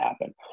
happen